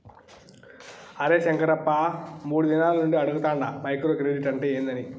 అరే శంకరప్ప, మూడు దినాల నుండి అడగతాండ మైక్రో క్రెడిట్ అంటే ఏందని